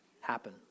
happen